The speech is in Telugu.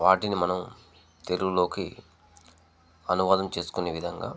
వాటిని మనం తెలుగులోకి అనువాదం చేసుకునే విధంగా